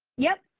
yep,